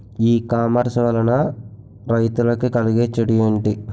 E commerce వలన రైతులకి కలిగే చెడు ఎంటి?